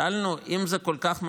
שאלנו: אם זה כל כך מפריע,